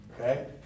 okay